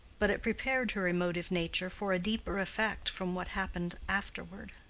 but it prepared her emotive nature for a deeper effect from what happened afterward.